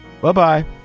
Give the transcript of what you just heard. Bye-bye